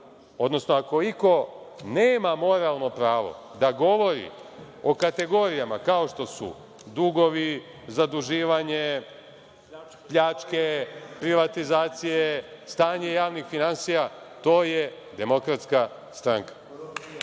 uzimali. Ako iko nema moralno pravo da govori o kategorijama kao što su dugovi, zaduživanje, pljačke, privatizacije, stanje javnih finansija – to je Demokratska stranka.